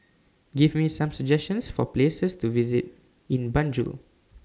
Give Me Some suggestions For Places to visit in Banjul